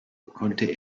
konnte